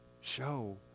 show